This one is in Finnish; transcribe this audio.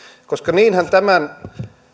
koska niinhän tämän